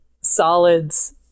solids